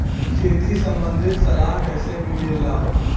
खेती संबंधित सलाह कैसे मिलेला?